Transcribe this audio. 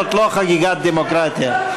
זאת לא חגיגת דמוקרטיה,